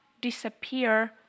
disappear